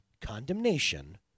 condemnation